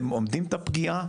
אתם אומדים את הפגיעה